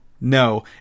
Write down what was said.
no